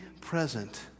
present